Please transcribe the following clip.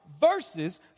verses